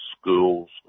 schools